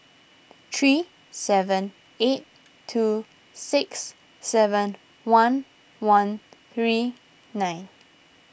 three seven eight two six seven one one three nine